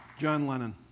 john lennon.